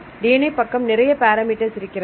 DNA பக்கம் நிறைய parameter இருக்கிறது